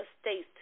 states